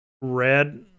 red